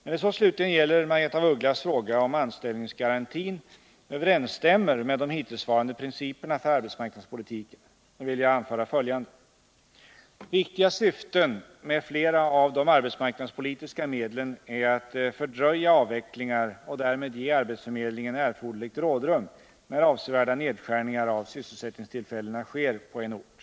När det så slutligen gäller Margaretha af Ugglas fråga om anställningsga Nr 26 rantin överensstämmer med de hittillsvarande principerna för arbetsmark Måndagen den nadspolitiken vill jag anföra följande. 12 november 1979 Viktiga syften med flera av de arbetsmarknadspolitiska medlen är att fördröja avvecklingar och därmed ge arbetsförmedlingen erforderligt rådrum Om anställningsnär avsevärda nedskärningar av sysselsättningstillfällena sker på en ort.